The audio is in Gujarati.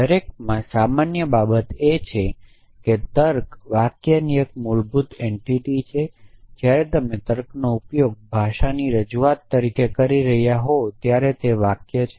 દરેકમાં સામાન્ય બાબત એ છે કે તર્ક વાક્યની એક મૂળભૂત એન્ટિટી છે જ્યારે તમે તર્કનો ઉપયોગ ભાષાની રજૂઆત તરીકે કરી રહ્યા હોવ ત્યારે તે વાક્ય છે